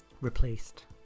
Replaced